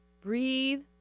breathe